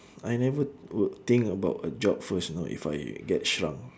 I never would think about a job first you know if I get shrunk